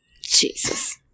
Jesus